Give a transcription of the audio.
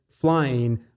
flying